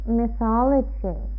mythology